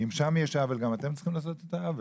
אם שם יש עוול גם אתם צריכים לעשות את העוול?